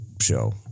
show